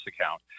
account